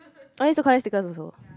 I used to collect stickers also